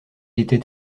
était